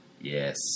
Yes